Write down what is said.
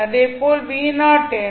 அதே போல் என்ன